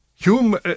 Hume